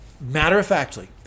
matter-of-factly